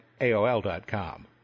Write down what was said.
aol.com